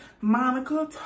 Monica